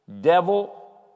devil